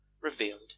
revealed